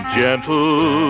gentle